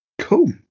Cool